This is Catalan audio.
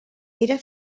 era